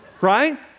right